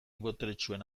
boteretsuen